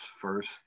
first